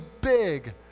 big